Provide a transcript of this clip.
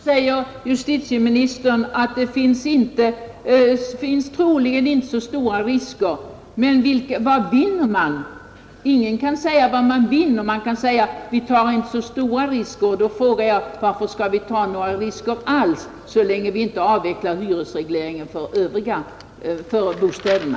Herr talman! Justitieministern säger fortfarande att det troligen inte finns så stora risker. Men vad vinner man? Ingen kan tala om det. Och när det heter att vi inte tar så stora risker vill jag fråga: Varför skall vi ta några risker alls, så länge vi inte avvecklar hyresregleringen för bostäderna?